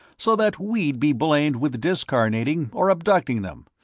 so that we'd be blamed with discarnating or abducting them,